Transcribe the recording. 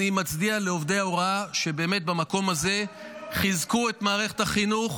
אני מצדיע לעובדי ההוראה שבמקום הזה חיזקו את מערכת החינוך